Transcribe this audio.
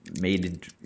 Made